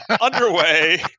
underway